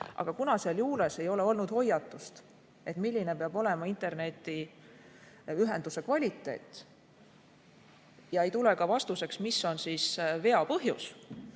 aga kuna seal juures ei ole olnud hoiatust, milline peab olema internetiühenduse kvaliteet, ega tule ka vastuseks, mis on vea põhjus,